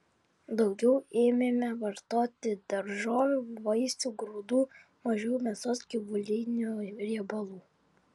daugiau ėmėme vartoti daržovių vaisių grūdų mažiau mėsos gyvulinių riebalų